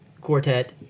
quartet